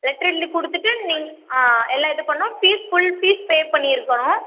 letter எழுதிக் கொடுத்துட்டு நீங் ஆ எல்லாம் இது பண்ணணும் ஃபீஸ் ஃபுல் ஃபீஸ் பே பண்ணி இருக்கணும்